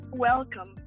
Welcome